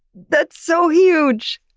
that's so huge!